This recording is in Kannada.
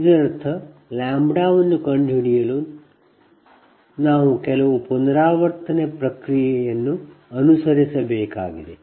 ಇದರರ್ಥ ಲ್ಯಾಂಬ್ಡಾವನ್ನು ಕಂಡುಹಿಡಿಯಲು ನಾವು ಕೆಲವು ಪುನರಾವರ್ತನೆ ಪ್ರಕ್ರಿಯೆಯನ್ನು ಅನುಸರಿಸಬೇಕಾಗಿದೆ